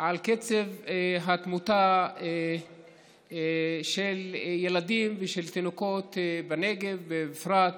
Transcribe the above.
על קצב התמותה של ילדים ושל תינוקות בנגב בפרט,